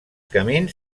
camins